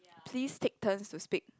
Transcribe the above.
please take turns to speak